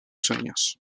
sueños